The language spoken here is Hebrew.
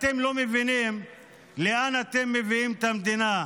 אתם לא מבינים לאן אתם מביאים את המדינה.